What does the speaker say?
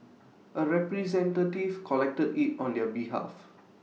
A representative collected IT on their behalf